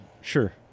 Sure